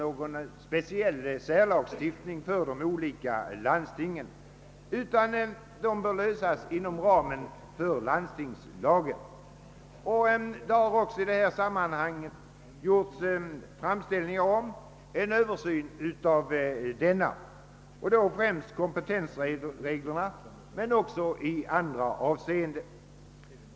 en särlagstiftning för de olika landstingen utan inom ramen för landstingslager. Det har också gjorts framställningar "om en Översyn av den lagen, främst då av kompetensreglerna men även i andra avseenden.